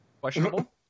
Questionable